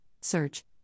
search